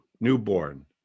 newborn